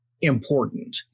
important